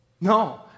no